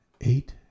Eight